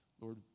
Lord